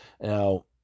Now